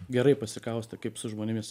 gerai pasikaustę kaip su žmonėmis